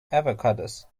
avocados